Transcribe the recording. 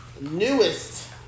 newest